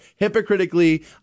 hypocritically